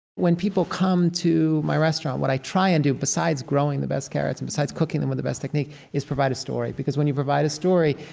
when people come to my restaurant, what i try and do besides growing the best carrots and besides cooking them with the best technique is provide a story. because when you provide a story,